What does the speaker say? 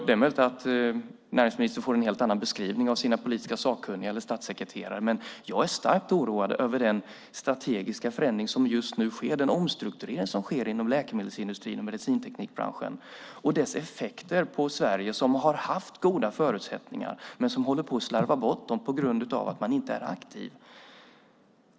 Det är möjligt att näringsministern får en helt annan beskrivning av sina politiska sakkunniga eller statssekreterare, men jag är starkt oroad över den strategiska förändring och den omstrukturering som just nu sker inom läkemedelsindustrin och medicinteknikbranschen och dess effekter på Sverige. Det har varit goda förutsättningar som nu håller på att slarvas bort på grund av att man inte är aktiv.